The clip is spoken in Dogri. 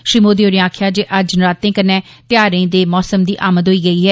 श्री मोदी होरें आक्खेआ जे अज्ज नरातें कन्नै त्यौहारें दे मौसम दी आमद होई गेई ऐ